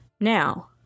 Now